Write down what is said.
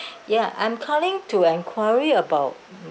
ya I'm calling to enquiry about